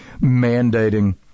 mandating